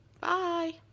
Bye